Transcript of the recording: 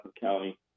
County